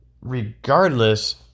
regardless